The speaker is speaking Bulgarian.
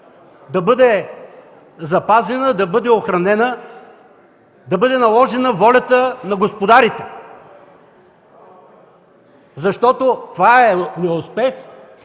да бъде запазена, да бъде охранена, да бъде наложена волята на господарите, защото това е неуспех,